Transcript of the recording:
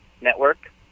network